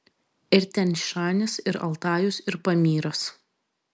ir tian šanis ir altajus ir pamyras